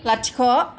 लाथिख'